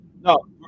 No